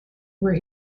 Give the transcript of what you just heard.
where